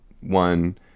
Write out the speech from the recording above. one